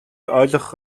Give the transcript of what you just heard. ойлгох